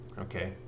Okay